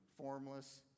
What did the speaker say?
formless